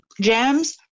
jams